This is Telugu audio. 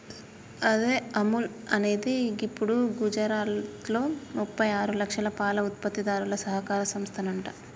అదే అముల్ అనేది గిప్పుడు గుజరాత్లో ముప్పై ఆరు లక్షల పాల ఉత్పత్తిదారుల సహకార సంస్థనంట